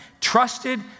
trusted